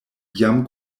jam